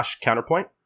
counterpoint